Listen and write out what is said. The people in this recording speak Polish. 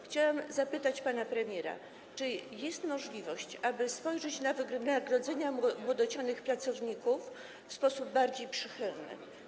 Chciałabym zapytać pana premiera, czy jest możliwość, aby spojrzeć na wynagrodzenia młodocianych pracowników w sposób bardziej przychylny.